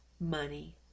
money